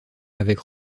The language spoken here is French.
avec